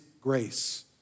grace